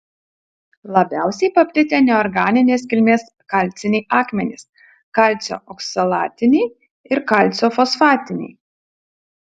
labiausiai paplitę neorganinės kilmės kalciniai akmenys kalcio oksalatiniai ir kalcio fosfatiniai